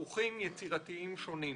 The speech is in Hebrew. משערוכים יצירתיים שונים.